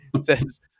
Says